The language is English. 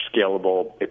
scalable